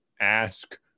ask